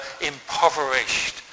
impoverished